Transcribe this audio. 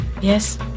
Yes